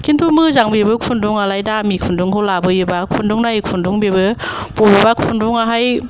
खिन्थु मोजां बेबो खुन्दुंआलाय दामि खुदुंखौ लाबोयोबा खुन्दुं नायै खुन्दुं बेबो बबेबा खुन्दुंआहाय